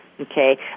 Okay